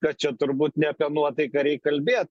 kad čia turbūt ne apie nuotaiką reik kalbėt